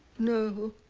no